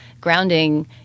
grounding